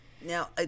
Now